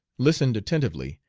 listened attentively,